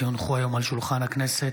כי הונחו היום על שולחן הכנסת,